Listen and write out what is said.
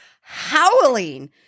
howling